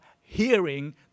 hearing